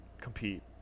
compete